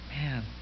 man